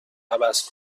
عوض